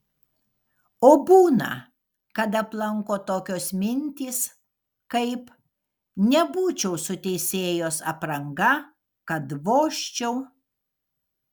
o būna kad aplanko tokios mintys kaip nebūčiau su teisėjos apranga kad vožčiau